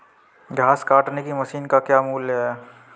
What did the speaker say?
घास काटने की मशीन का मूल्य क्या है?